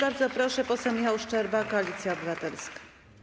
Bardzo proszę, poseł Michał Szczerba, Koalicja Obywatelska.